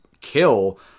kill